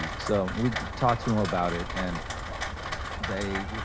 so, we talked to em about it, and they.